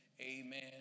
amen